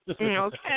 Okay